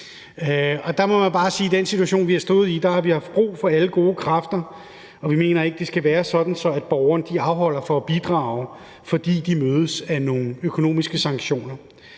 i den situation, vi har stået i, har vi haft brug for alle gode kræfter, og vi mener ikke, det skal være sådan, at borgerne afholder sig fra at bidrage, fordi de mødes af nogle økonomiske sanktioner.